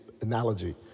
analogy